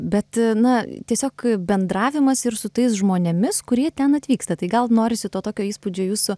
bet na tiesiog bendravimas ir su tais žmonėmis kurie ten atvyksta tai gal norisi to tokio įspūdžio jūsų